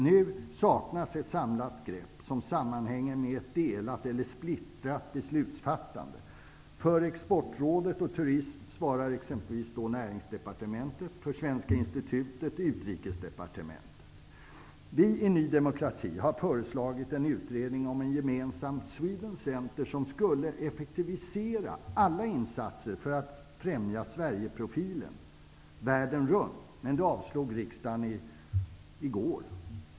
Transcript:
Nu saknas ett samlat grepp. Det sammanhänger med ett delat eller splittrat beslutsfattande. För Exportrådet och turism svarar exempelvis Näringsdepartementet, och för Vi i Ny demokrati har föreslagit en utredning om ett gemensamt Sweden center som skulle effektivisera alla insatser för att främja Sverigeprofilen världen runt. Men det förslaget avslog riksdagen i går.